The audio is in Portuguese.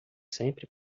sempre